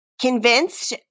convinced